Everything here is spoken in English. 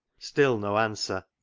still no answer,